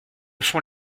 font